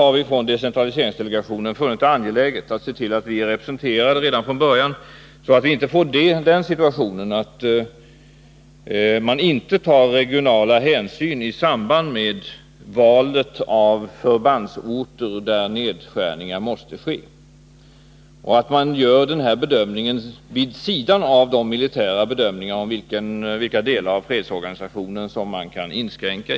Decentraliseringsdelegationen har funnit det angeläget att se till att vi är representerade redan från början, så att vi inte får den situationen att man inte tar regionala hänsyn i samband med urvalet av förbandsorter där nedskärningar måste ske. Den regionala bedömningen bör göras vid sidan av de militära bedömningarna av vilka delar av fredsorganisationen som kan inskränkas.